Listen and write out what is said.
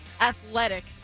Athletic